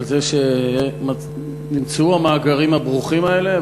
על זה שנמצאו המאגרים הברוכים האלה,